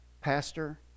Pastor